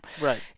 Right